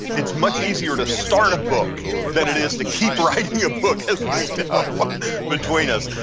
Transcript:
it's much easier to start a book than it is to keep writing a book, as we know between us.